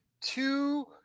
two